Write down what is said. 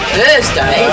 Thursday